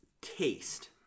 taste